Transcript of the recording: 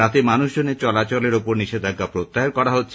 রাতে মানুষজনের চলাচলের তাঁর নিষেধাজ্ঞা প্রত্যাহার করা হচ্ছে